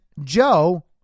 Joe